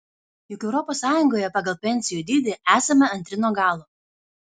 juk europos sąjungoje pagal pensijų dydį esame antri nuo galo